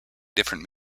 different